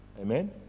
Amen